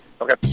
Okay